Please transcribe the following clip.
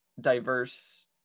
diverse